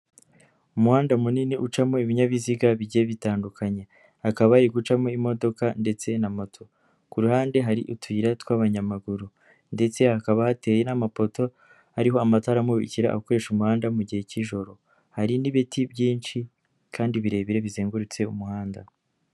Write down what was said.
Umuhanda munini ucamo ibinyabiziga bigiye bitandukanye hakaba hari gucamo imodoka ndetse na moto ku ruhande hari utuyira tw'abanyamaguru ndetse hakaba hateye n'amapoto ariho amatara amurikira abakoresha umuhanda mu gihe cy'ijoro, hari n'ibiti byinshi kandi birebire bizengurutse umuhanda.